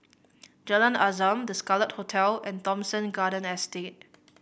Jalan Azam The Scarlet Hotel and Thomson Garden Estate